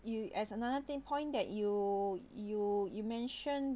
you as another thing point that you you you mention